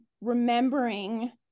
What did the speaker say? remembering